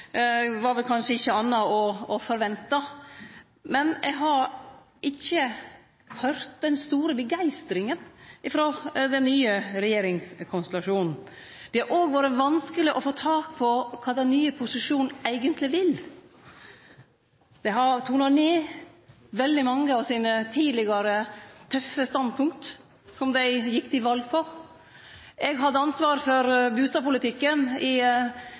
kanskje ikkje anna å forvente. Men eg har ikkje høyrt den store begeistringa frå den nye regjeringskonstellasjonen. Det har òg vore vanskeleg å få tak på kva den nye posisjonen eigentleg vil. Dei har tona ned veldig mange av sine tidlegare tøffe standpunkt som dei gjekk til val på. Eg hadde ansvar for bustadpolitikken i